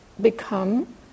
become